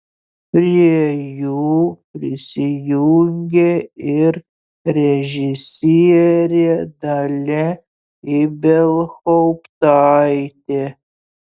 prie jų prisijungė ir režisierė dalia ibelhauptaitė